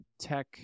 Tech